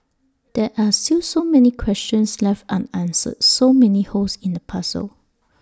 there are still so many questions left unanswered so many holes in the puzzle